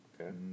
okay